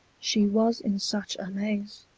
she was in such amaze.